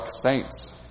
saints